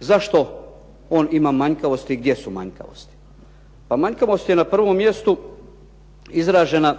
Zašto on ima manjkavosti i gdje su manjkavosti? Pa manjkavost je na prvom mjestu izražena